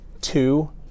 two